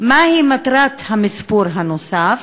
3. מה היא מטרת המספור הנוסף?